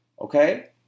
okay